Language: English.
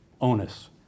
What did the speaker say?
onus